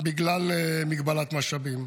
בגלל מגבלת משאבים.